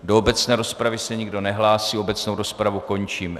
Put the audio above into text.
Do obecné rozpravy se nikdo nehlásí, obecnou rozpravu končím.